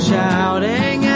Shouting